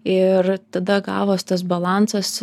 ir tada gavos tas balansas